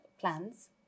plans